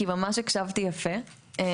כי ממש הקשבתי יפה.